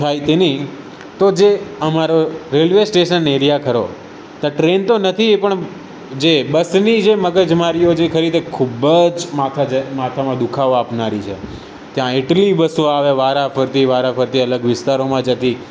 થાય તેની તો જે અમારો રેલવે સ્ટેશન એરિયા ખરો ત્યાં ટ્રેન તો નથી પણ જે બસની જે મગજમારીઓ જે ખરી એ ખૂબ જ માથા માથામાં દુઃખાવો આપનારી છે ત્યાં એટલી બસો આવે વાર ફરતી વાર ફરતી અને અલગ વિસ્તારોમાં જતી